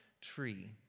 tree